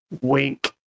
Wink